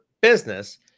business